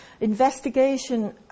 Investigation